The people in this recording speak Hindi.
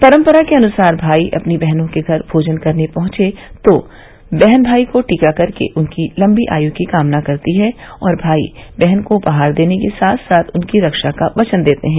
परंपरा के अनुसार भाई अपनी बहनों के घर भोजन करने पहुंचे तो बहन भाई को टीका करके उनकी लम्बी आयु की कामना करती हैं और भाई वहन को उपहार देने के साथ साथ उनकी रक्षा का वचन देते हैं